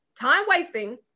time-wasting